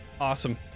Awesome